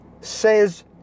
says